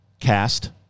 cast